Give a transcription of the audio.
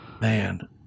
Man